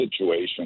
situation